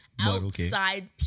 Outside